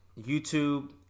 YouTube